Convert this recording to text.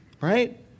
right